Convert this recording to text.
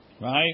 right